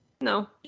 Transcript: No